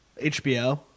HBO